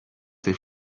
his